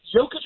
Jokic